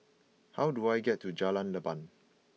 how do I get to Jalan Leban